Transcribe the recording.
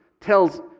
tells